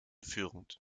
führend